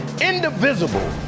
indivisible